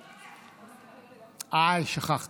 מתנגדים, אין נמנעים, שניים נוכחים.